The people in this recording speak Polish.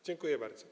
Dziękuję bardzo.